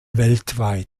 weltweit